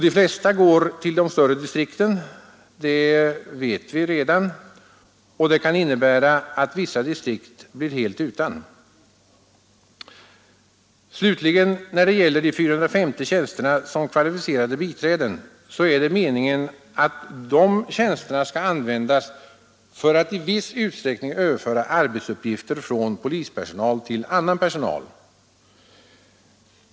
De flesta går till de m.m. större distrikten, det vet vi redan, och det kan innebära att vissa distrikt blir helt utan. Det är meningen att de 450 tjänsterna som kvalificerade biträden skall användas för att i viss utsträckning överföra arbetsuppgifter från polispersonal till annan personal.